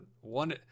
one